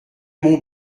mon